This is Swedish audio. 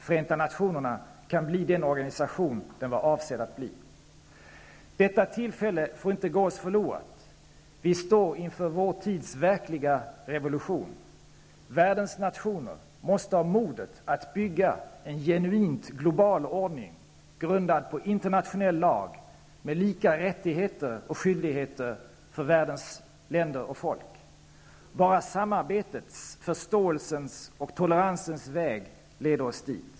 Förenta nationerna kan bli den organisation som den var avsedd att bli. Detta tillfälle får inte gå oss förlorat. Vi står inför vår tids verkliga revolution. Världens nationer måste ha modet att bygga en genuint global ordning grundad på internationell lag med lika rättigheter och skyldigheter för världens länder och folk. Bara samarbetets, förståelsens och toleransens väg leder oss dit.